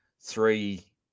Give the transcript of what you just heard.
three